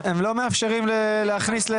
הם לא מאפשרים להכניס.